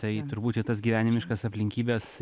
tai turbūt čia tas gyvenimiškas aplinkybes